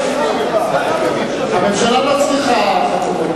הממשלה לא צריכה,